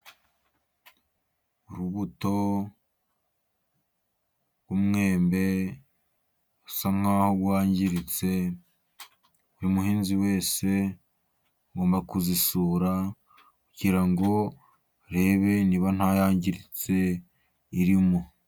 Urubuto rw'umwembe rusa nk'aho rwangiritse, umuhinzi wese agomba kuzisura, kugira ngo arebe niba nta yangiritse irimo.